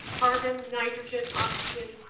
carbon, nitrogen, oxygen,